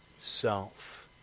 self